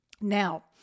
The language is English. Now